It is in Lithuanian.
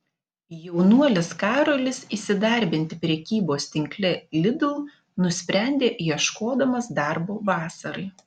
jaunuolis karolis įsidarbinti prekybos tinkle lidl nusprendė ieškodamas darbo vasarai